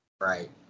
Right